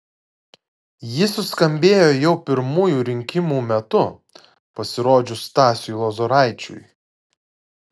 ji suskambėjo jau pirmųjų rinkimų metu pasirodžius stasiui lozoraičiui